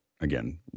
again